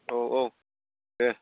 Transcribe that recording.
औ औ दे